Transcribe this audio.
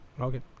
Okay